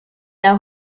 der